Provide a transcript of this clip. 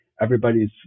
everybody's